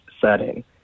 setting